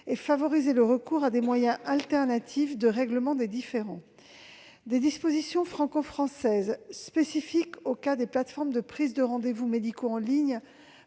de favoriser le recours à des moyens alternatifs de règlement des différends. Adopter des dispositions franco-françaises spécifiques au cas des plateformes de prise de rendez-vous médicaux en ligne